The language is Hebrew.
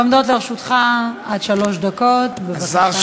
עומדות לרשותך עד שלוש דקות, בבקשה.